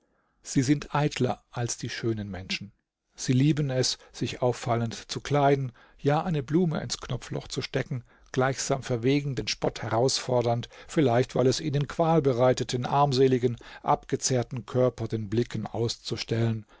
sie sind eitler als die schönen menschen sie lieben es sich auffallend zu kleiden ja eine blume ins knopfloch zu stecken gleichsam verwegen den spott herausfordernd vielleicht weil es ihnen qual bereitet den armseligen abgezehrten körper den blicken auszustellen